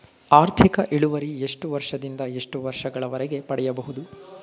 ಆರ್ಥಿಕ ಇಳುವರಿ ಎಷ್ಟು ವರ್ಷ ದಿಂದ ಎಷ್ಟು ವರ್ಷ ಗಳವರೆಗೆ ಪಡೆಯಬಹುದು?